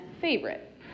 favorite